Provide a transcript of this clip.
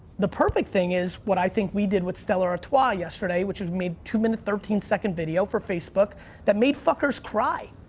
the perfect thing is, what i think we did with stella artois yesterday, which has made two minute thirteen second video for facebook that made fuckers cry.